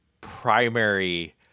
primary